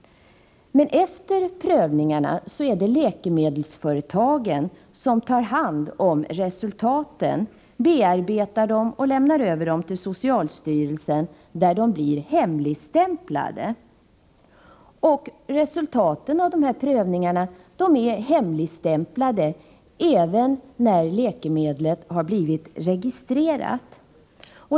Men efter prövningarna är det läkemedelsföretagen som tar hand om resultaten, bearbetar dem och lämnar över dem till socialstyrelsen, där de hemligstämplas. Resultaten av prövningarna är hemligstämplade även efter det att läkemedlet blivit registrerat.